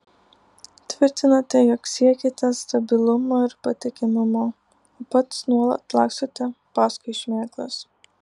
tvirtinate jog siekiate stabilumo ir patikimumo o pats nuolat lakstote paskui šmėklas